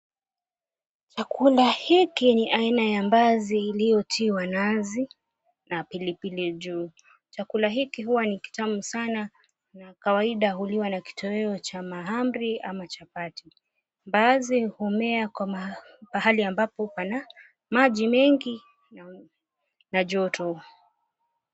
Chakula hiki ni aina ya mbaazi iliyotiwa nazi na pilipili juu chakula hiki huwa nikitamu sana na kawaida huliwa na kitoweo cha mahamri ama chapati. Mbaazi humea pahali ambapo pana maji mengi na joto.